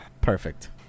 perfect